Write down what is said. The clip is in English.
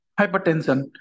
hypertension